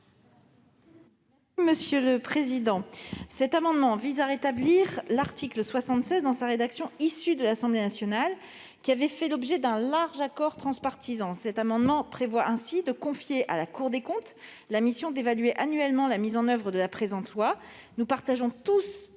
est à Mme la ministre. Cet amendement vise à rétablir l'article 76 dans sa rédaction issue des travaux de l'Assemblée nationale, qui avait fait l'objet d'un large accord transpartisan. Cet amendement vise ainsi à confier à la Cour des comptes la mission d'évaluer annuellement la mise en oeuvre du présent texte. Nous partageons tous l'enjeu et l'intérêt